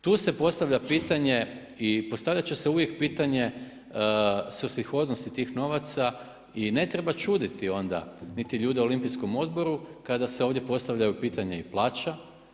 Tu se postavlja pitanje i postavljat će se uvijek pitanje svrsishodnosti tih novaca i ne treba čuditi onda niti ljude u Olimpijskom odboru kada se ovdje postavljaju pitanja i plaća.